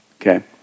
okay